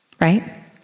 Right